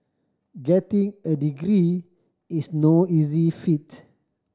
getting a degree is no easy feat